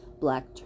black